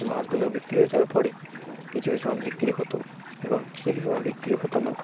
মাছগুলো বিক্রি হয়ে যাওয়ার পরে কিছু কিছু মাছ বিক্রি হতো এবং কিছু কিছু মাছ বিক্রি হতো না